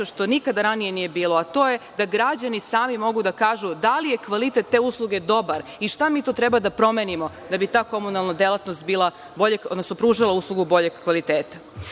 što nikada ranije nije bilo, a to je građani sami mogu da kažu da li je kvalitet te usluge dobar i šta treba da promenimo da bi ta komunalna delatnost bila bolja, odnosno pružala uslugu boljeg kvaliteta. Što